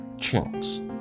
chance